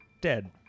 dead